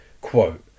Quote